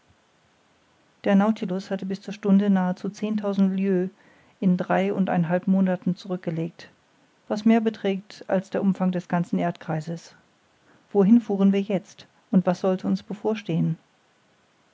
der nautilus hatte bis zur stunde nahezu zehntausend lieues in drei und ein halb monaten zurückgelegt was mehr beträgt als der umfang des ganzen erdkreises wohin fuhren wir jetzt und was sollte uns bevorstehen